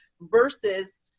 versus